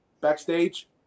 backstage